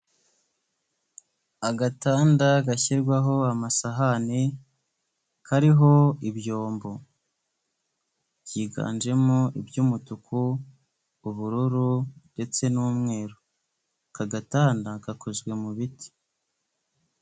Agatanda gashyirwaho amasahani kariho ibyombo byiganjemo iby'umutuku, ubururu ndetse n'umweru, aka gatanda gakozwe mu biti.